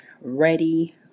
ready